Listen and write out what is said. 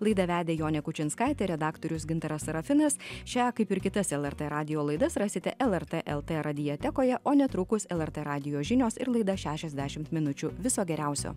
laidą vedė jonė kučinskaitė redaktorius gintaras serafinas šią kaip ir kitas lrt radijo laidas rasite lrt lt radiotekoje o netrukus lrt radijo žinios ir laida šešiasdešimt minučių viso geriausio